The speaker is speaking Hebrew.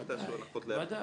אל תעשו הנחות לאף אחד.